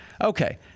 Okay